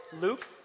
Luke